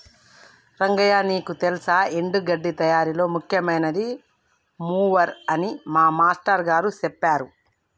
రంగయ్య నీకు తెల్సా ఎండి గడ్డి తయారీలో ముఖ్యమైనది మూవర్ అని మా మాష్టారు గారు సెప్పారు